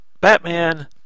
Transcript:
Batman